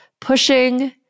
pushing